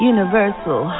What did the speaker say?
Universal